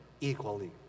equally